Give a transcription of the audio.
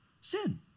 sin